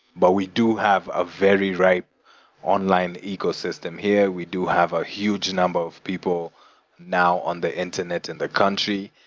but we do have a very ripe online ecosystem here. we do have a huge number of people now on the internet and the country,